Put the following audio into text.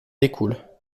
découle